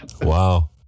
Wow